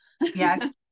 Yes